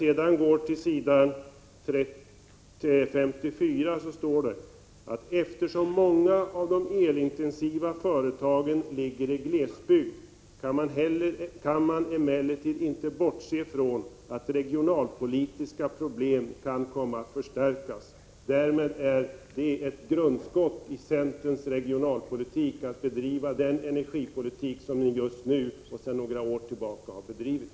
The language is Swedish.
På s. 54 står det: ”Eftersom många av de elintensiva företagen ligger i Prot. 1985/86:124 glesbygd, kan man emellertid inte bortse från att regionalpolitiska problem 23 april 1986 kan komma att förstärkas.” SRS AN Därmed är det ett grundskott mot centerns regionalpolitik att bedriva den energipolitik som ni just nu och sedan ett par år tillbaka har bedrivit.